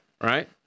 right